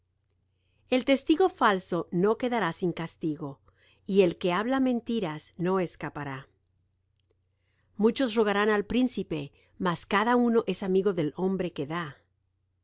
el testigo falso no quedará sin castigo y el que habla mentiras no escapará muchos rogarán al príncipe mas cada uno es amigo del hombre que da